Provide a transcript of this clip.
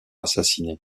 assassinée